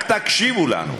רק תקשיבו לנו.